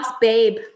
babe